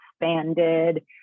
expanded